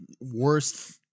worst